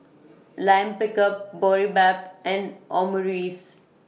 Lime Pickle Boribap and Omurice